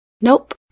Nope